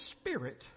spirit